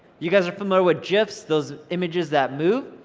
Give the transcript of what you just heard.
you guys are familiar with gifs, those images that move,